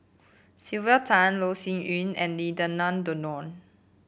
Sylvia Tan Loh Sin Yun and Lim Denan Denon